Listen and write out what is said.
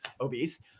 obese